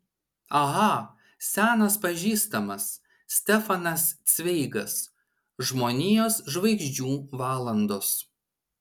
aha senas pažįstamas stefanas cveigas žmonijos žvaigždžių valandos